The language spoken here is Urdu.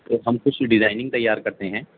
تو ہم کچھ ڈیزائننگ تیار کرتے ہیں